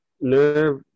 nerve